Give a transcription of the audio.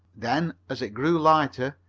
then, as it grew lighter,